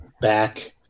back